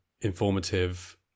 informative